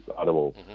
animal